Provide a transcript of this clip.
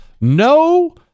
No